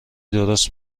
درست